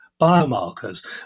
biomarkers